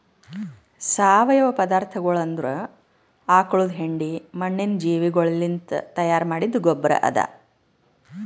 ಸಾವಯವ ಪದಾರ್ಥಗೊಳ್ ಅಂದುರ್ ಆಕುಳದ್ ಹೆಂಡಿ, ಮಣ್ಣಿನ ಜೀವಿಗೊಳಲಿಂತ್ ತೈಯಾರ್ ಮಾಡಿದ್ದ ಗೊಬ್ಬರ್ ಅದಾ